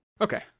Okay